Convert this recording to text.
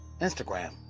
Instagram